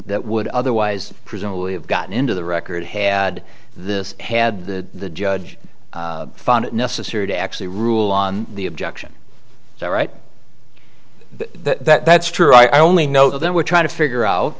that would otherwise presumably have gotten into the record had this had the judge found it necessary to actually rule on the objection is that right that's true i only know that we're trying to figure out